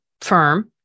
firm